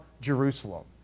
Jerusalem